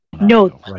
No